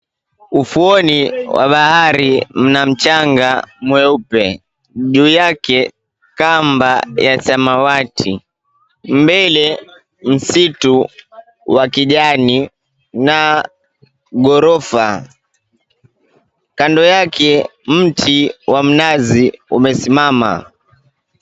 Ufuoni wa bahari mna mchanga mweupe. Juu yake kamba ya samawati. Mbele msitu wa kijani na ghorofa. Kando yake mti wa mnazi umesimama.